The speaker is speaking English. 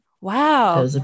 wow